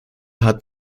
hat